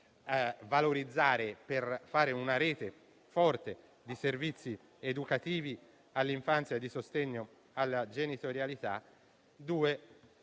valorizzare per realizzare una rete forte di servizi educativi destinati all'infanzia e al sostegno alla genitorialità.